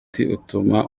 utuma